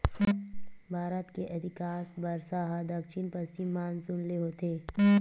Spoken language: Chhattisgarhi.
भारत के अधिकांस बरसा ह दक्छिन पस्चिम मानसून ले होथे